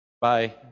Bye